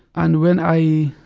and when i